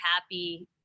happy